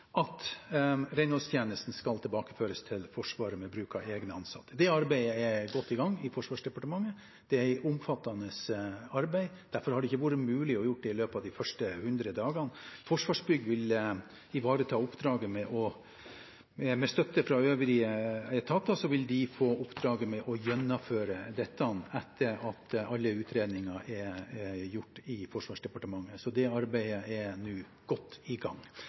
at renholdstjenesten skal tilbakeføres til Forsvaret med bruk av egne ansatte. Det arbeidet er godt i gang i Forsvarsdepartementet. Det er et omfattende arbeid, og derfor har det ikke vært mulig å gjøre dette i løpet av de første 100 dagene. Forsvarsbygg vil ivareta oppdraget – med støtte fra øvrige etater vil de få oppdraget med å gjennomføre dette etter at alle utredninger er gjort i Forsvarsdepartementet. Så det arbeidet er nå godt i gang.